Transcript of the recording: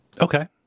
Okay